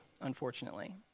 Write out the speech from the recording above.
unfortunately